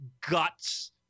Guts